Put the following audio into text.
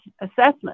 assessment